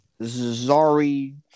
Zari